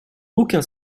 aucun